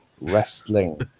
Wrestling